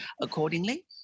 accordingly